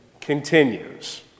continues